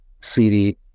city